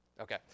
Okay